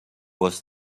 was